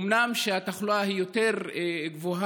אומנם התחלואה היא יותר גבוהה,